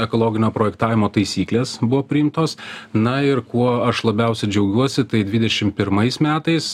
ekologinio projektavimo taisyklės buvo priimtos na ir kuo aš labiausia džiaugiuosi tai dvidešim pirmais metais